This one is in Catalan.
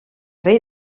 rei